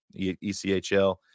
ECHL